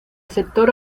sector